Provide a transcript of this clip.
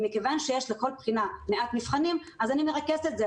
מכיוון שיש לכל בחינה מעט מבחנים אז אני מרכזת את זה,